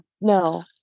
no